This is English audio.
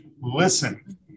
listen